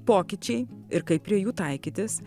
pokyčiai ir kaip prie jų taikytis